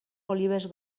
olives